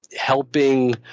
Helping